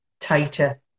tighter